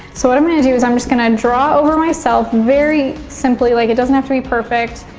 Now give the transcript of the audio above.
so what i'm gonna do is i'm just gonna draw over myself very simply, like it doesn't have to be perfect.